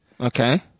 Okay